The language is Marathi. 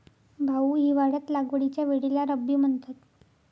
भाऊ, हिवाळ्यात लागवडीच्या वेळेला रब्बी म्हणतात